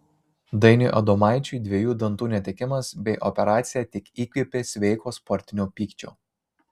dainiui adomaičiui dviejų dantų netekimas bei operacija tik įkvėpė sveiko sportinio pykčio